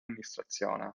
amministrazione